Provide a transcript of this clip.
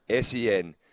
SEN